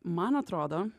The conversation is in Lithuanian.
man atrodo